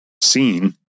seen